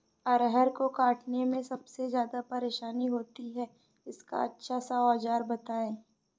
अरहर को काटने में सबसे ज्यादा परेशानी होती है इसका अच्छा सा औजार बताएं?